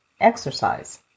exercise